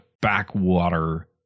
backwater